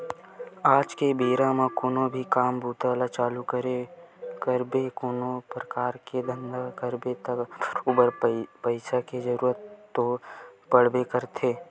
आज के बेरा म कोनो भी काम बूता ल चालू करबे कोनो परकार के धंधा करबे त बरोबर पइसा के जरुरत तो पड़बे करथे